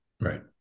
Right